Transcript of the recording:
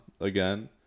again